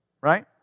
Right